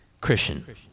Christian